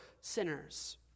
sinners